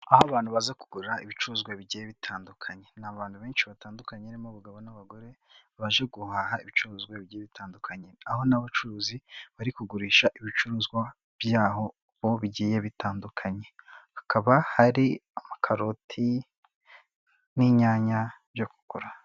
Aho abantu baza kugura ibicuruzwa bigiye bitandukanye, ni abantu benshi batandukanye harimo abagabo n'abagore baje guhaha ibicuruzwa bigiye bitandukanye, aho n'abacuruzi bari kugurisha ibicuruzwa byaho bigiye bitandukanye hakaba hari amakaroti, n'inyanya byo kugura.